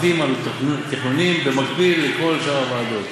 עובדים על תכנונים במקביל לכל שאר הוועדות.